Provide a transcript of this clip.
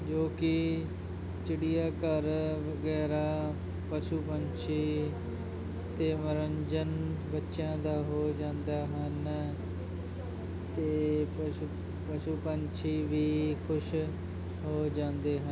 ਜੋ ਕਿ ਚਿੜੀਆ ਘਰ ਵਗੈਰਾ ਪਸ਼ੂ ਪੰਛੀ ਅਤੇ ਮਨੋਰੰਜਨ ਬੱਚਿਆਂ ਦਾ ਹੋ ਜਾਂਦਾ ਮਨ ਅਤੇ ਪਸ਼ੂ ਪਸ਼ੂ ਪੰਛੀ ਵੀ ਖੁਸ਼ ਹੋ ਜਾਂਦੇ ਹਨ